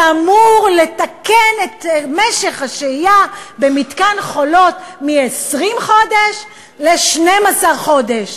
שאמור לתקן את משך השהייה במתקן "חולות" מ-20 חודש ל-12 חודש.